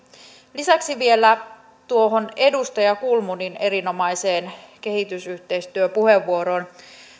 lisäksi vielä tuohon edustaja kulmunin erinomaiseen kehitysyhteistyöpuheenvuoroon